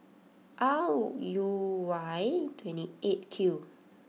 R U Y twenty eight Q